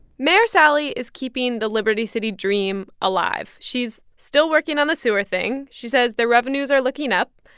mayor sally is keeping the liberty city dream alive. she's still working on the sewer thing. she says the revenues are looking up.